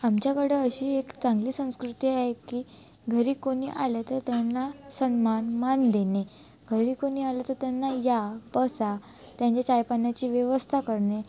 आमच्याकडे अशी एक चांगली संस्कृती आहे की घरी कोणी आले तर त्यांना सन्मान मान देणे घरी कोणी आलं तर त्यांना या बसा त्यांच्या चायपाण्याची व्यवस्था करणे